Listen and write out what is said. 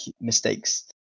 mistakes